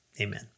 Amen